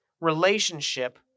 relationship